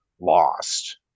lost